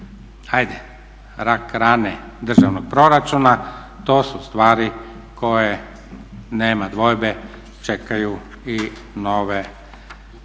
ajde rak rane državnog proračuna, to su stvari koje nema dvojbe čekaju i nove nosioce